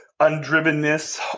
undrivenness